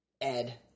Ed